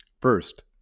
First